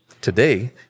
Today